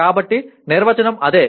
కాబట్టి నిర్వచనం అదే